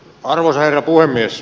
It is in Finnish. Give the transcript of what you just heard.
arvoisa herra puhemies